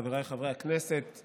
חבריי חברי הכנסת,